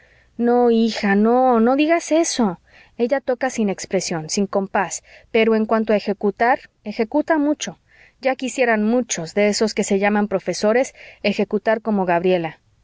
no hija no no digas eso ella toca sin expresión sin compás pero en cuanto a ejecutar ejecuta mucho ya quisieran muchos de esos que se llaman profesores ejecutar como gabriela